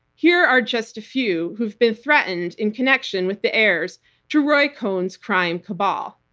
here are just a few who've been threatened in connection with the heirs to roy cohn's crime cabal.